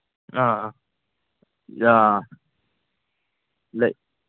ꯑꯥ ꯑꯥ ꯂꯩ